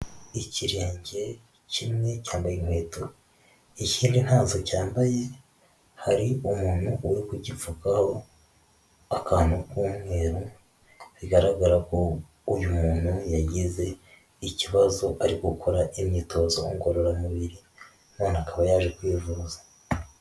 Ikirenge kimwe cyambaye inkweto ikindi ntazo cyambaye, hari umuntu uri kugipfukaho akantu k'umweru, bigaragara ko uyu muntu yagize ikibazo ari gukora imyitozo ngororamubiri none akaba yaje kwivuza.